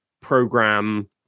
program